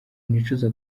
nicuza